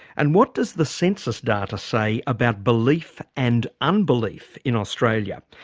and what does the census data say about belief and unbelief in australia?